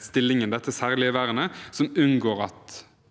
stillingen dette særlige vernet, et vern som unngår at